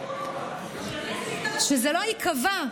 כן, שזה לא ייקבע.